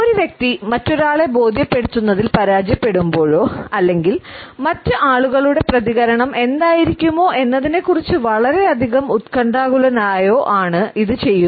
ഒരു വ്യക്തി മറ്റൊരാളെ ബോധ്യപ്പെടുത്തുന്നതിൽ പരാജയപ്പെടുമ്പോഴോ അല്ലെങ്കിൽ മറ്റ് ആളുകളുടെ പ്രതികരണം എന്തായിരിക്കുമോ എന്നതിനെക്കുറിച്ച് വളരെയധികം ഉത്കണ്ഠാകുലനായോആണ് ഇത് ചെയ്യുന്നത്